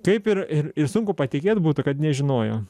kaip ir ir sunku patikėt būtų kad nežinojo